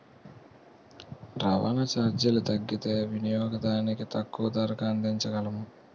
రవాణా చార్జీలు తగ్గితే వినియోగదానికి తక్కువ ధరకు అందించగలము